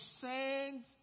send